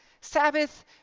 Sabbath